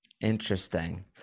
Interesting